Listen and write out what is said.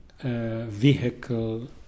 vehicle